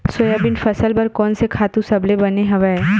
Soybean फसल बर कोन से खातु सबले बने हवय?